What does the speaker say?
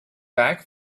back